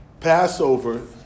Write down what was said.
Passover